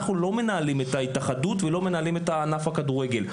אנחנו לא מנהלים את ההתאחדות ולא מנהלים את ענף הכדורגל.